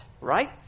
right